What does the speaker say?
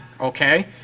okay